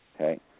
okay